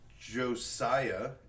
Josiah